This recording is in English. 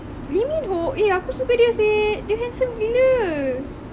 lee min ho eh aku suka dia seh dia handsome gila